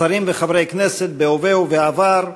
שרים וחברי כנסת בהווה ובעבר,